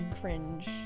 cringe